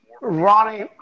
Ronnie